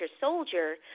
Soldier